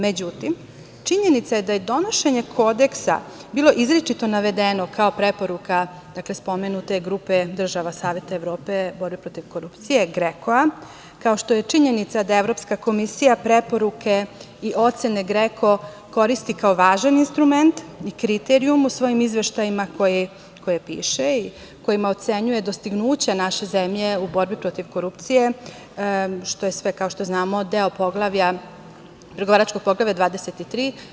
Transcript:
Međutim, činjenica je da je donošenje Kodeksa bilo izričito navedeno kao preporuka spomenute grupe država Saveta Evrope, borba protiv korupcije, GREKO-a, kao što je činjenica da Evropska komisija preporuke i ocene GREKO koristi kao važan instrument i kriterijum u svojim izveštajima koje piše i kojima ocenjuje dostignuće naše zemlje u borbi protiv korupcije, što je sve, kao što znamo, deo pregovaračkog Poglavlja 23.